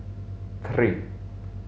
three